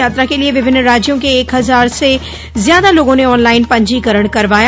यात्रा के लिए विभिन्न राज्यों के एक हजार से ज्यादा लोगों ने ऑनलाइन पंजीकरण करवाया